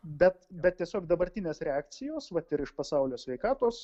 bet bet tiesiog dabartinės reakcijos vat ir iš pasaulio sveikatos